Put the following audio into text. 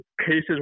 Cases